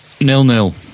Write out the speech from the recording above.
Nil-nil